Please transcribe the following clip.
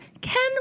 Ken